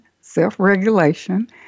self-regulation